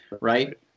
right